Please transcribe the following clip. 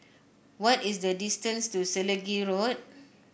what is the distance to Selegie Road